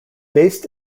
based